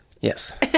yes